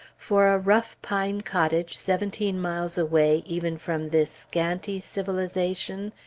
for a rough pine cottage seventeen miles away even from this scanty civilization,